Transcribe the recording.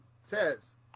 says